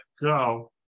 go